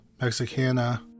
Mexicana